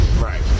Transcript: Right